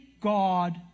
God